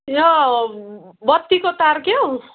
यो बत्तीको तार क्या हौ